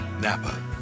Napa